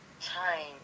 time